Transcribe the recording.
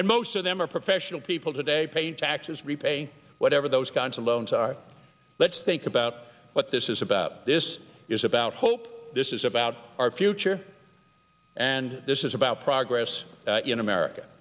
and most of them are professional people today paying taxes repay whatever those council loans are let's think about what this is about this is about hope this is about our future and this is about progress in america